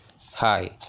Hi